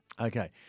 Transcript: Okay